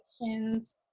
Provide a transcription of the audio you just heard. questions